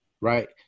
right